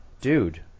dude